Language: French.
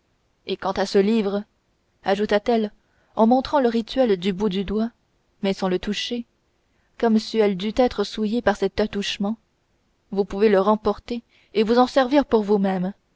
et quant à ce livre ajouta-t-elle en montrant le rituel du bout du doigt mais sans le toucher comme si elle eût dû être souillée par cet attouchement vous pouvez le remporter et vous en servir pour vous-même